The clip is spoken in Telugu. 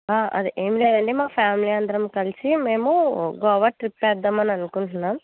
అదే ఏమి లేదండి మా ఫ్యామిలీ అందరం కలిసి మేము గోవా ట్రిప్ వేద్దాం అని అనుకుంటున్నాం